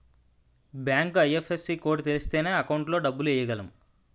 bank IFSC code తెలిస్తేనే account లో డబ్బులు ఎయ్యగలం